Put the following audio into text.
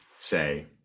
say